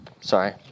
sorry